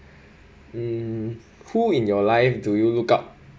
mm who in your life do you look up